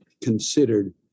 considered